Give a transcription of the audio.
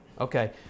Okay